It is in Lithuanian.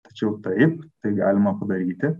tačiau taip tai galima padaryti